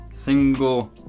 Single